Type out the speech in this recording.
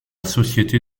société